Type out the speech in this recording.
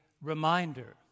reminder